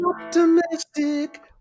optimistic